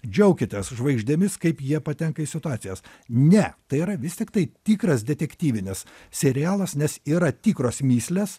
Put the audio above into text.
džiaukitės žvaigždėmis kaip jie patenka į situacijas ne tai yra vis tiktai tikras detektyvinis serialas nes yra tikros mįslės